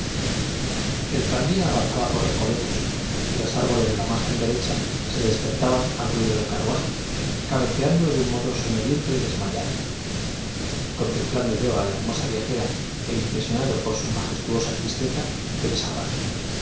el tranvía avanzaba por recoletos y los árboles de la margen derecha se despertaban al ruido del carruaje cabeceando de un modo soñoliento y des mayado contemplando yo á la hermosa viajera é impresionado por su majestuosa tristeza pensaba